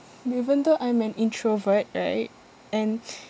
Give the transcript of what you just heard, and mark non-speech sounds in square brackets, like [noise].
even though I'm an introvert right and [noise]